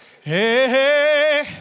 hey